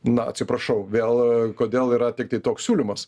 na atsiprašau vėl kodėl yra tiktai toks siūlymas